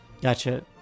gotcha